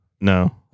No